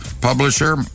publisher